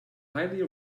highly